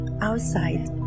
outside